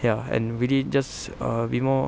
ya and really just err be more